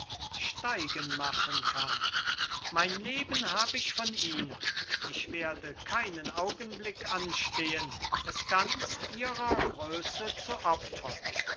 steigen machen kann mein leben hab ich von ihnen ich werde keinen augenblick anstehen es ganz ihrer größe zu opfern